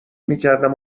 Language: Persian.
میکردم